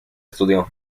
estudió